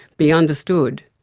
be understood,